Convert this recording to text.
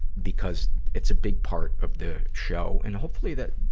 because it's a big part of the show. and hopefully, that,